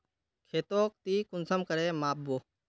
खेतोक ती कुंसम करे माप बो?